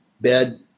bed